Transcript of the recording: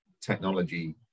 technology